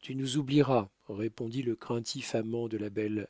tu nous oublieras répondit le craintif amant de la belle